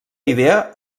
idea